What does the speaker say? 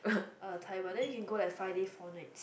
uh taiwan then we can go like five days four nights